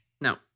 No